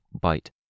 bite